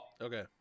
Okay